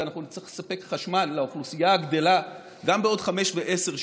ונצטרך לספק חשמל לאוכלוסייה הגדלה גם בעוד חמש ועשר שנים,